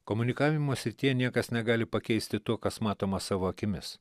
komunikavimo srityje niekas negali pakeisti to kas matoma savo akimis